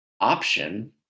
option